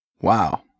Wow